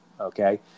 okay